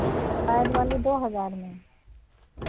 side वाली दो हज़ार में